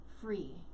free